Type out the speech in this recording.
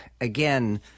again